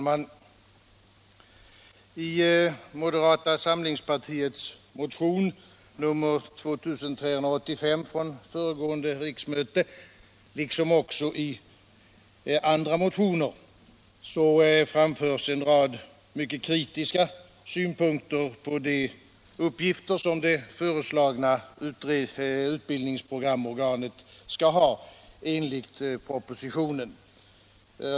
Herr talman! I moderata samlingspartiets motion 1975/76:2385 liksom i andra motioner framförs en rad mycket kritiska synpunkter på de uppgifter som det föreslagna utbildningsprogramorganet enligt propositionen skall ha.